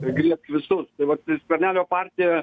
griebk visus tai vat skvernelio partija